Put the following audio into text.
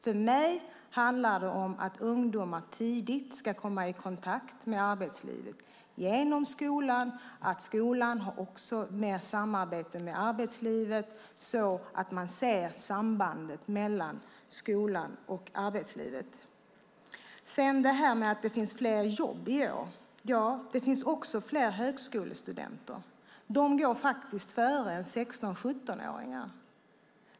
För mig handlar det om att ungdomar tidigt ska komma i kontakt med arbetslivet genom skolan och genom att skolan har mer samarbete med arbetslivet så att man ser sambandet mellan skolan och arbetslivet. Sedan detta att det finns fler jobb i år - ja, det finns också fler högskolestudenter. De går faktiskt före 16-17-åringarna.